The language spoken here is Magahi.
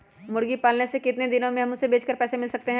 मुर्गी पालने से कितने दिन में हमें उसे बेचकर पैसे मिल सकते हैं?